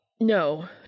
no